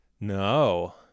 No